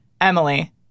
Emily